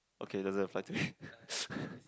okay doesn't apply to me